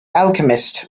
alchemist